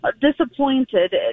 disappointed